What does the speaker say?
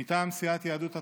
מטעם סיעת יהדות התורה: